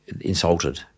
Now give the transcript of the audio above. insulted